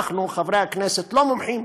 אנחנו, חברי הכנסת, לא מומחים,